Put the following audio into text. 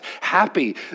happy